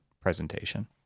presentation